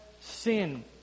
sin